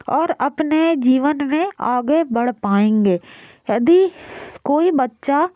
और अपने जीवन में आगे बढ़ पाएंगे यदि कोई बच्चा